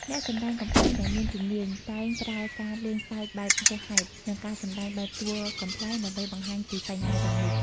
អ្នកសម្ដែងកំប្លែងដែលមានជំនាញតែងប្រើការលេងសើចបែបហួសចិត្ត និងការសម្ដែងបែបតួកំប្លែង ដើម្បីបង្ហាញពីបញ្ហាទាំងនោះ។